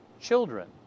children